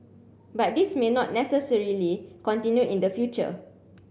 but this may not necessarily continue in the future